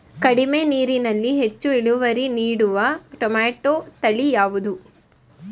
ಕಡಿಮೆ ನೀರಿನಲ್ಲಿ ಹೆಚ್ಚು ಇಳುವರಿ ನೀಡುವ ಟೊಮ್ಯಾಟೋ ತಳಿ ಯಾವುದು?